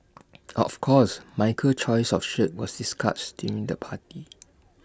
of course Michael's choice of shirt was discussed during the party